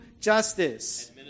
justice